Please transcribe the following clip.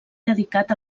dedicat